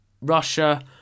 Russia